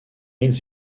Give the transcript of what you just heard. ils